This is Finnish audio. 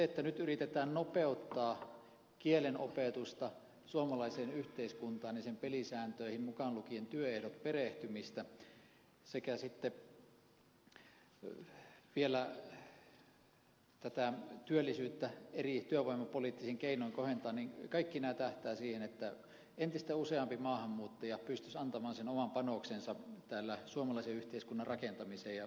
kun nyt yritetään nopeuttaa kielenopetusta suomalaiseen yhteiskuntaan ja sen pelisääntöihin mukaan lukien työehdot perehtymistä sekä sitten vielä tätä työllisyyttä eri työvoimapoliittisin keinoin kohentaa niin kaikki nämä tähtäävät siihen että entistä useampi maahanmuuttaja pystyisi antamaan sen oman panoksensa täällä suomalaisen yhteiskunnan rakentamiseen ja se on tervetullutta